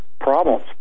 Problems